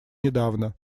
недавно